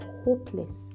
hopeless